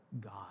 God